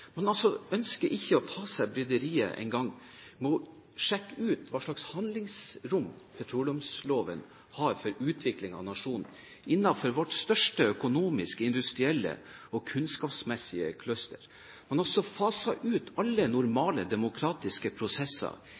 Man ønsker altså ikke engang å ta seg bryderiet med å sjekke ut hva slags handlingsrom petroleumsloven gir for utvikling av nasjonen innenfor vår største økonomiske, industrielle og kunnskapsmessige cluster. Man har altså faset ut alle normale demokratiske prosesser